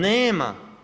Nema.